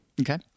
Okay